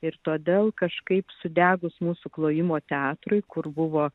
ir todėl kažkaip sudegus mūsų klojimo teatrui kur buvo